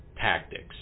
tactics